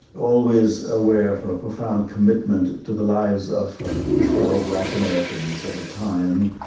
always aware of a profound commitment to the lives of his fellow black americans at a time,